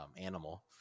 animal